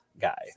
guy